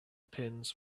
pins